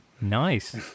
nice